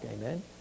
amen